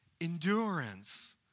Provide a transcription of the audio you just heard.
endurance